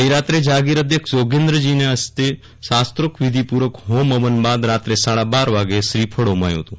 ગઈ રાત્રે જાગીર અધ્યક્ષ યોગેન્દ્રજીના હસ્તે શાસ્ત્રોક્ત વિધિ પુર્વક હોમ હવન બાદ રાત્રે સાડા બાર વાગ્યે શ્રીફળ હોમાયું હતું